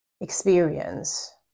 experience